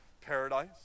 paradise